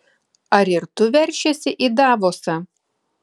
ar ir tu veršiesi į davosą